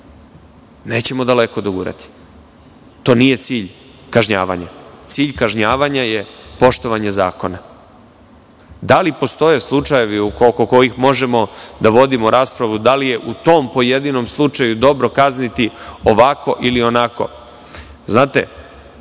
nećemo daleko dogurati. To nije cilj kažnjavanja. Cilj kažnjavanja je poštovanje zakona. Da li postoje slučajevi oko kojih možemo da vodimo raspravu da li je u tom pojedinom slučaju dobro kazniti ovako ili onako